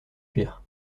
fuir